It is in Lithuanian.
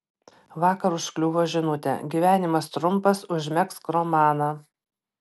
vakar užkliuvo žinutė gyvenimas trumpas užmegzk romaną